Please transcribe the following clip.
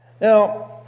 Now